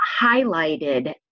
highlighted